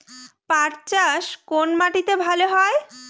পাট চাষ কোন মাটিতে ভালো হয়?